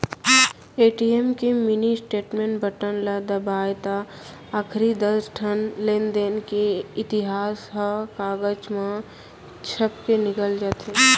ATM के mini statement button ल दबावें त आखरी दस ठन लेनदेन के इतिहास ह कागज म छपके निकल जाथे